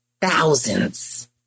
thousands